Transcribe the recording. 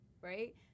right